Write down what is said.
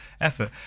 effort